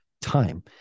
time